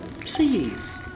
please